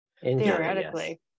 theoretically